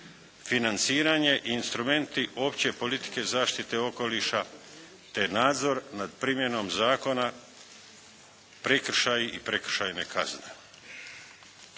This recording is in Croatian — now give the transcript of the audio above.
financiranje i instrumenti opće politike zaštite okoliša te nadzor nad primjenom zakona, prekršaji i prekršajne kazne.